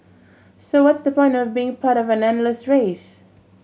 so what's the point of being part of an endless race